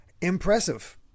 impressive